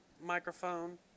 microphone